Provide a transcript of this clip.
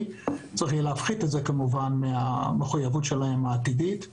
יהיה צורך להפחית זאת מהמחויבות העתידית שלהם,